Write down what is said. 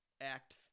Act